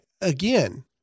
again